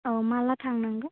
औ माब्ला थांनांगौ